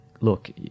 look